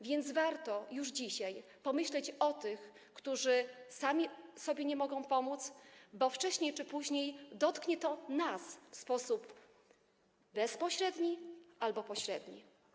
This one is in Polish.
Więc warto już dzisiaj pomyśleć o tych, którzy sami sobie nie mogą pomóc, bo wcześniej czy później dotknie to nas w sposób bezpośredni albo pośredni.